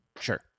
Sure